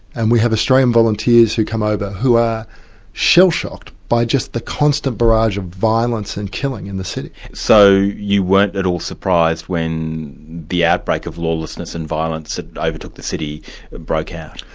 and we have australian volunteers who come over who are shell-shocked by just the constant barrage of violence and killing in the city. so you weren't at all surprised when the outbreak of lawlessness and violence that overtook the city broke out?